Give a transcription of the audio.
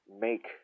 make